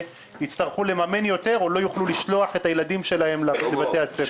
יצטרכו לממן יותר או לא יוכלו לשלוח את הילדים שלהם לבתי הספר.